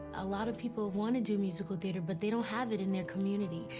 a lot of people want to do musical theater, but they don't have it in their community.